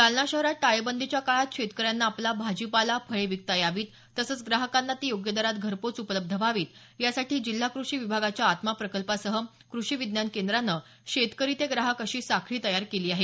जालना शहरात टाळेबंदीच्या काळात शेतकऱ्यांना आपला भाजीपाला फळे विकता यावीत तसंच ग्राहकांना ती योग्य दरात घरपोच उपलब्ध व्हावी यासाठी जिल्हा कृषी विभागाच्या आत्मा प्रकल्पासह कृषी विज्ञान केंद्रानं शेतकरी ते ग्राहक अशी साखळी तयार केली आहे